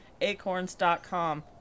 acorns.com